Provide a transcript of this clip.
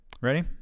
Ready